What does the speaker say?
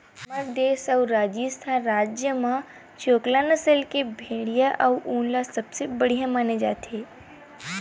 हमर देस अउ राजिस्थान राज म चोकला नसल के भेड़िया के ऊन ल सबले बड़िया माने जाथे